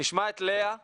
נשמע את לאה ישלח,